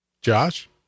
Josh